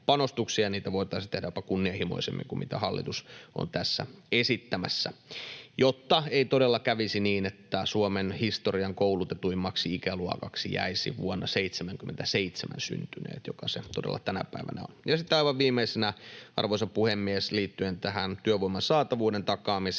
Niitä voitaisiin tehdä jopa kunnianhimoisemmin kuin mitä hallitus on tässä esittämässä, jotta ei todella kävisi niin, että Suomen historian koulutetuimmaksi ikäluokaksi jäisivät vuonna 77 syntyneet, niin kuin todella tänä päivänä on. Sitten aivan viimeisenä, arvoisa puhemies, liittyen työvoiman saatavuuden takaamiseen: